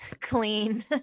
clean